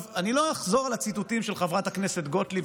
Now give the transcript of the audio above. אני לא אחזור על הציטוטים של חברת הכנסת גוטליב,